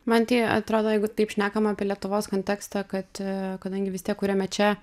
man tai atrodo jeigu taip šnekam apie lietuvos kontekstą kad a kadangi vis tiek kuriame čia